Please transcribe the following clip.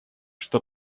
что